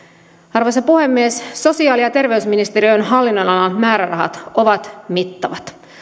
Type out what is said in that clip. arvoisa puhemies sosiaali ja terveysministeriön hallinnonalan määrärahat ovat mittavat